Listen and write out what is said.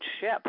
ship